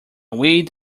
weed